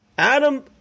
Adam